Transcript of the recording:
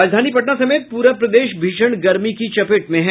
राजधानी पटना समेत पूरा प्रदेश भीषण गर्मी की चपेट में है